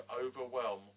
overwhelm